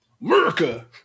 America